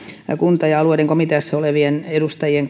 kunta ja aluekomiteassa olevien edustajien